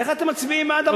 איך אתם מצביעים בעד דבר כזה?